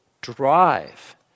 drive